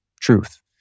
truth